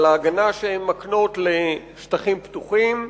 על ההגנה שהן מקנות לשטחים פתוחים,